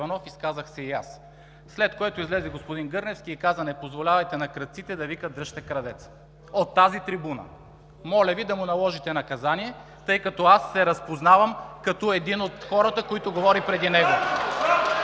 изказах се и аз. След което излезе господин Гърневски и каза: „Не позволявайте на крадците да викат „Дръжте крадеца!“ От тази трибуна! Моля Ви да му наложите наказание, тъй като аз се разпознавам като един от хората, който говори преди него.